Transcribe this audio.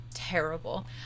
Terrible